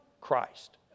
Christ